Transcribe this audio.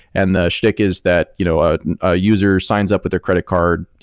and the shtick is that you know ah a user signs up with their credit card,